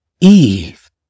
Eve